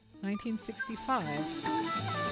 1965